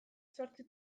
zortzi